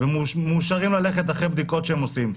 ומאושרים ללכת אחרי בדיקות שהם עושים,